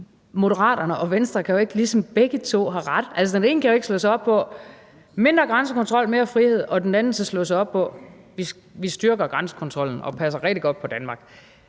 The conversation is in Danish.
Moderaterne og Venstre kan ligesom ikke begge to have ret. Altså, den ene kan jo ikke slå sig op på sloganet mindre grænsekontrol, mere frihed, og den anden så slå sig op på, at vi styrker grænsekontrollen og passer rigtig godt på Danmark.